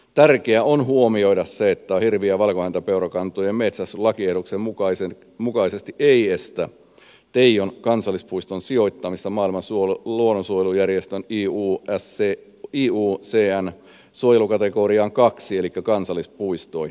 tärkeää on huomioida se että hirvi ja valkohäntäpeurakantojen metsästys lakiehdotuksen mukaisesti ei estä teijon kansallispuiston sijoittamista maailman luonnonsuojelujärjestön juu ja se juoksee ja iucnn suojelukategoriaan ii eli kansallispuistoihin